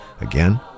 Again